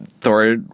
Thor